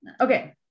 okay